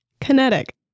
Kinetic